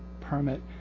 permit